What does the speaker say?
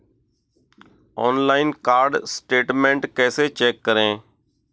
Online card statement कैसे check करें?